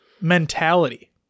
mentality